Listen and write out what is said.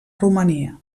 romania